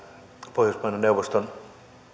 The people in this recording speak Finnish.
pohjoismaiden neuvoston